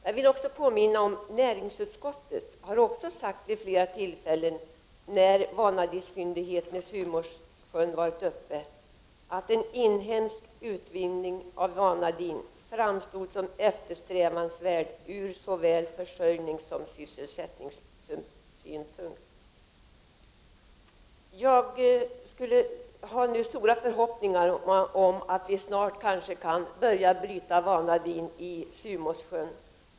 Jag vill också påminna om att näringsutskottet vid ett flertal tillfällen har uttalat, när vanadinfyndigheten i Sumåssjön har varit uppe till diskussion, att en inhemsk utvinning av vanadin framstår som eftersträvansvärd ur såväl försörjningssom sysselsättningssynpunkt. Jag har nu stora förhoppningar om att vi snart kanske kan börja bryta vanadin i Sumåssjön.